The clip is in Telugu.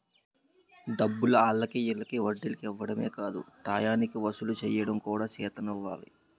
డబ్బులు ఆల్లకి ఈల్లకి వడ్డీలకి ఇవ్వడమే కాదు టయానికి వసూలు సెయ్యడం కూడా సేతనవ్వాలి